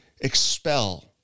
expel